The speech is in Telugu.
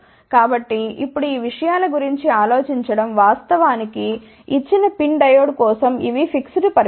కాబట్టి ఇప్పుడు ఈ విషయాల గురించి ఆలోచించండి వాస్తవానికి ఇచ్చిన PIN డయోడ్ కోసం ఇవి ఫిక్స్డ్ పరిమాణం